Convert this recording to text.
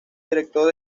director